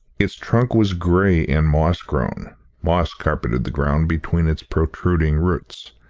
its trunk was grey and moss-grown moss carpeted the ground between its protruding roots,